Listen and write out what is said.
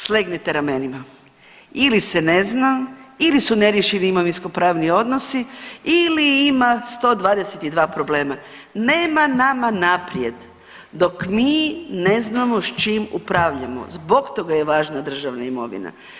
Slegnite ramenima, ili se ne zna ili su neriješeni imovinskopravni odnosi ili ima 122 problema, nema nama naprijed dok mi ne znamo s čim upravljamo, zbog toga je važna državna imovina.